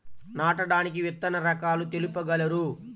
నాటడానికి విత్తన రకాలు తెలుపగలరు?